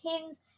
pins